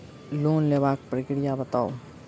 Loan लेबाक प्रक्रिया बताऊ?